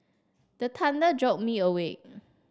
the thunder jolt me awake